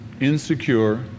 insecure